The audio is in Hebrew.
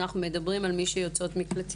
אנחנו מדברים על מי שהן יוצאות מקלטים.